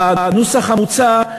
בנוסח המוצע,